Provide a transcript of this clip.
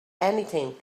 anything